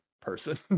person